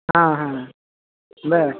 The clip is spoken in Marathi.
हां हां बरं